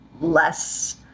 less